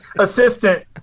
Assistant